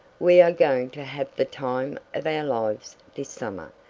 we are going to have the time of our lives this summer,